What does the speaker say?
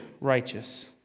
righteous